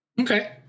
Okay